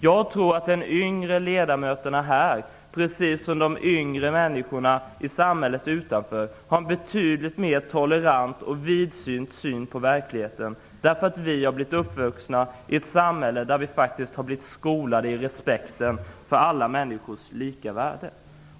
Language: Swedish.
Jag tror att de yngre ledamöterna här, precis som de yngre människorna i samhället utanför, har en betydligt mer tolerant och vidsynt inställning till verkligheten. Vi är uppvuxna i ett samhälle där vi har blivit skolade i respekt för alla människors lika värde.